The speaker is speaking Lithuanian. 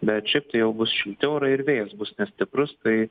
bet šiaip tai jau bus šilti orai ir vėjas bus nestiprus tai